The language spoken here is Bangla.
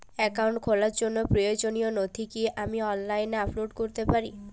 অ্যাকাউন্ট খোলার জন্য প্রয়োজনীয় নথি কি আমি অনলাইনে আপলোড করতে পারি?